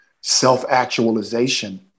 self-actualization